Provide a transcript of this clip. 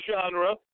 genre